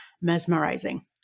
mesmerizing